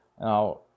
Now